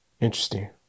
Interesting